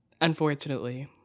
unfortunately